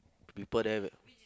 people there ve~